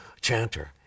chanter